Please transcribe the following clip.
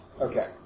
Okay